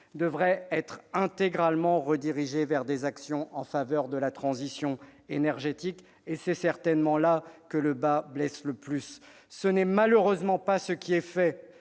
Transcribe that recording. devraient être intégralement redirigées vers des actions en faveur de la transition énergétique. C'est certainement là que le bât blesse le plus. Rien de tel n'est fait,